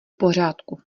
pořádku